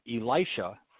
Elisha